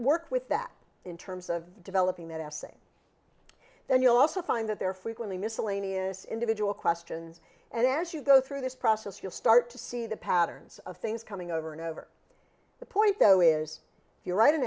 work with that in terms of developing that essay then you'll also find that there are frequently miscellaneous individual questions and as you go through this process you'll start to see the patterns of things coming over and over the point though is if you write an